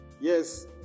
Yes